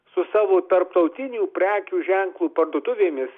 su savo tarptautinių prekių ženklų parduotuvėmis